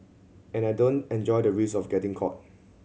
and I don't enjoy the risk of getting caught